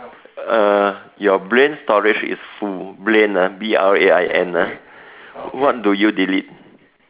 err your brain storage is full brain ah B R A I N ah what do you delete